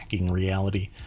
reality